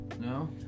No